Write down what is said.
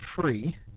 free